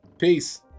Peace